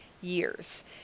years